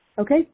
Okay